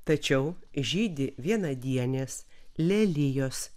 tačiau žydi vienadienės lelijos